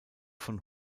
von